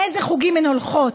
לאיזה חוגים הן הולכות.